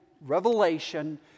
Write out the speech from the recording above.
revelation